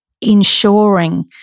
ensuring